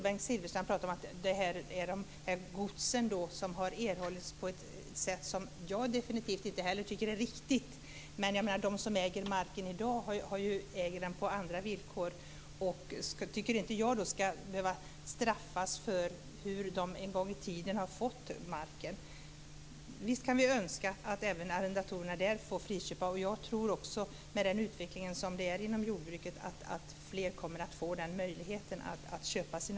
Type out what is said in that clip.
Bengt Silfverstrand talar om de gods som erhållits på ett sätt som jag inte heller tycker är riktigt. De som äger marken i dag äger den på andra villkor. Jag tycker inte att de skall straffas för hur marken en gång i tiden har erhållits. Visst kan vi önska att arrendatorerna skall få friköpa sina gårdar. Med den utveckling som sker inom jordbruket tror jag att fler kommer att få den möjligheten.